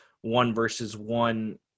one-versus-one